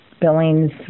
Billings